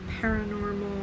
paranormal